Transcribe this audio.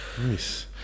Nice